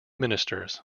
ministers